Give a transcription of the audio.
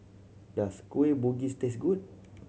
does Kueh Bugis taste good